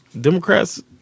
Democrats